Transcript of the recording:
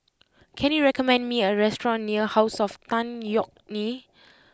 can you recommend me a restaurant near House of Tan Yeok Nee